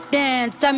dance